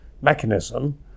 mechanism